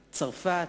צרפת,